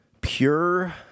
pure